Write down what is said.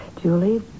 Julie